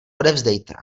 odevzdejte